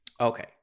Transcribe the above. Okay